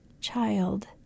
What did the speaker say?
child